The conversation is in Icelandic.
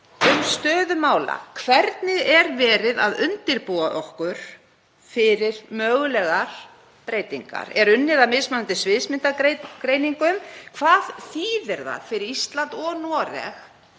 um stöðu mála. Hvernig er verið að undirbúa okkur fyrir mögulegar breytingar? Er unnið að mismunandi sviðsmyndagreiningum? Hvað þýðir það fyrir Ísland og Noreg